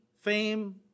fame